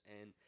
and-